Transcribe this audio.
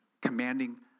commanding